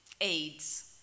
AIDS